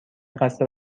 قصد